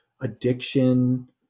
addiction